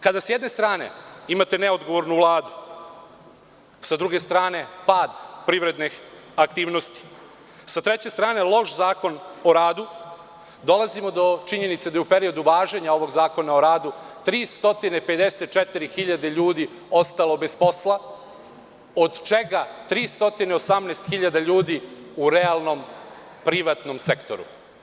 Kada s jedne strane imate neodgovornu Vladu, sa druge strane pad privrednih aktivnosti, sa treće strane loš Zakon o radu, dolazimo do činjenice da je u periodu važenja ovog Zakona o radu 354 hiljade ljudi ostalo bez posla, od čega 318 hiljada ljudi u realnom, privatnom sektoru.